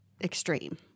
extreme